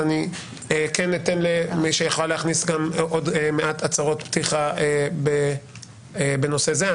אז אני אתן למי שרוצה להכניס עוד מעט הצהרות פתיחה בנושא הזה.